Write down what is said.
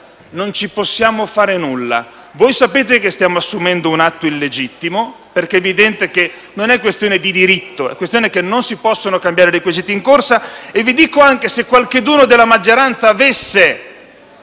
«Non ci possiamo fare nulla». Voi sapete che stiamo assumendo un atto illegittimo. È evidente che non è questione di diritto; non si possono cambiare i requisiti in corsa. Aggiungo - se qualcuno della maggioranza avesse